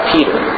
Peter